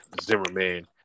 Zimmerman